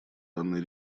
данной